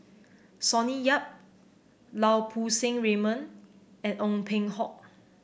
Sonny Yap Lau Poo Seng Raymond and Ong Peng Hock